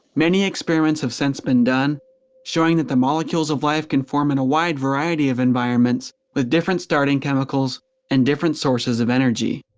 many experienced have since been done showing that the molecules of life can form in a wide variety of environments with different starting chemicals and different sources of energy.